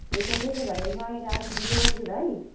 हुन्छ त्यसो भए म अहिले आधी दिँदै गर्छु कि भाइ